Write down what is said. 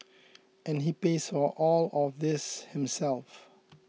and he pays for all of this himself